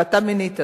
ואתה מינית,